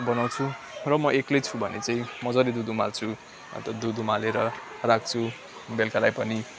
बनाउँछु र म एक्लै छु भने चाहिँ मजाले दुध उमाल्छु अन्त दुध उमालेर राख्छु बेलुकालाई पनि